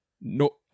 no